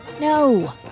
No